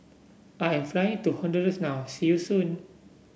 I am flying to Honduras now see you soon